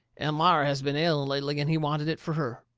elmira has been ailing lately, and he wanted it fur her.